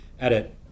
edit